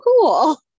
cool